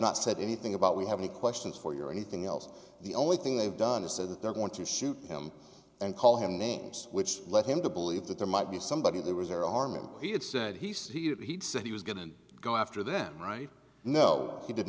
not said anything about we have any questions for you or anything else the only thing they've done is said that they're going to shoot him and call him names which led him to believe that there might be somebody there was their arm and he had said he said he did he said he was going to go after them right no he did